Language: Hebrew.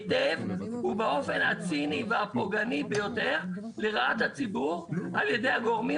היטב ובאופן הציני והפוגעני ביותר לרעת הציבור על ידי הגורמים